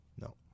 No